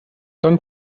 dann